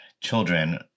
children